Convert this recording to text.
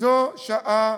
זו שעה